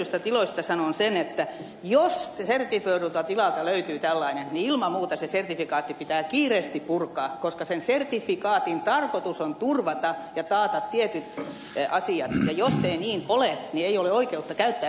sertifioiduista tiloista sanon sen että jos sertifioidulta tilalta löytyy tällainen niin ilman muuta se sertifikaatti pitää kiireesti purkaa koska sen sertifikaatin tarkoitus on turvata ja taata tietyt asiat ja jos ei niin ole niin ei ole oikeutta käyttää sertifikaattia